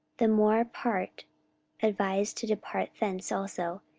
the more part advised to depart thence also,